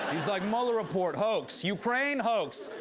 he's like, mueller report? hoax. ukraine? hoax.